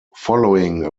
following